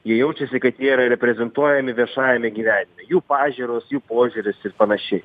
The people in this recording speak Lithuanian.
jie jaučiasi kad jie yra reprezentuojami viešajame gyvenime jų pažiūros jų požiūris ir panašiai